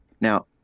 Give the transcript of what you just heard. now